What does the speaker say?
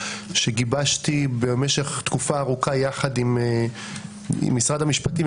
שגיבשתי במשך תקופה ארוכה יחד עם משרד המשפטים,